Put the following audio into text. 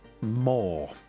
more